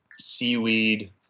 seaweed